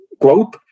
Quote